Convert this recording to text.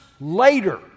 later